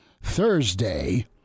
Thursday